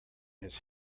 his